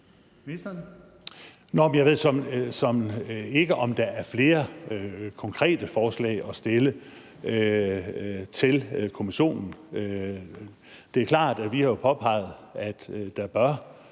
såmænd ikke, om der er flere konkrete forslag at stille til Kommissionen. Det er klart, at vi jo har påpeget, at der